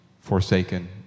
forsaken